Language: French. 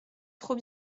trop